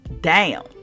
down